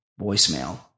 voicemail